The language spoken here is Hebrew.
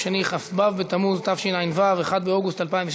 שני תומכים, אין מתנגדים, אין נמנעים.